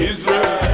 Israel